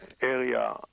area